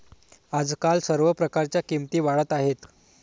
आजकाल सर्व प्रकारच्या किमती वाढत आहेत